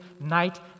night